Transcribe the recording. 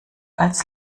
als